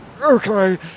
Okay